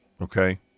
okay